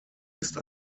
ist